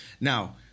Now